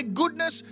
goodness